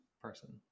person